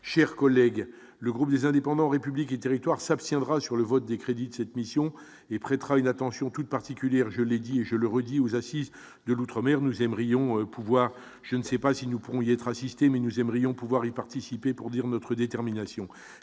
chers collègues, le groupe des Indépendants républiques et territoires s'abstiendra sur le vote des crédits de cette mission et prêtera une attention toute particulière, je l'ai dit et je le redis, aux assises de l'Outre-mer nous aiment Rion pouvoir je ne sais pas si nous pourrons y être assisté mais nous aime pouvoir y participer pour dire notre détermination,